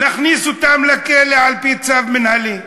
נכניס אותם לכלא על-פי צו מינהלי,